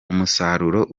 umusaruro